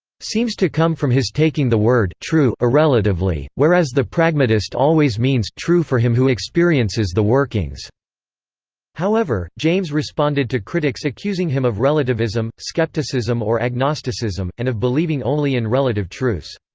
seems to come from his taking the word true irrelatively, whereas the pragmatist always means true for him who experiences the workings however, james responded to critics accusing him of relativism, scepticism or agnosticism, and of believing only in relative truths.